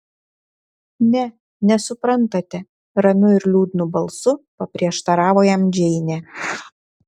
ne nesuprantate ramiu ir liūdnu balsu paprieštaravo jam džeinė